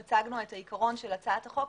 כשהצגנו את העיקרון של הצעתה חוק,